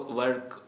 work